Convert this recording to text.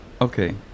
Okay